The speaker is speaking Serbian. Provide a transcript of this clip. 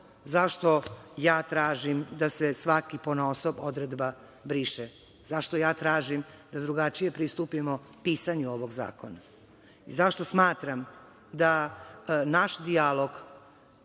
zašto ja tražim da se svaka ponaosob odredba briše, zašto ja tražim da drugačije pristupimo pisanju ovog zakona, zašto smatram da naš dijalog,